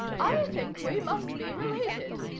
i think we must be related.